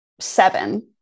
seven